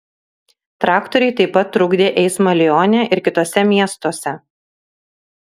traktoriai taip pat trukdė eismą lione ir kituose miestuose